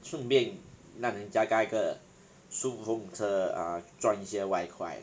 顺便让人家搭一个顺风车 uh 赚一些外块